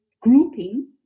grouping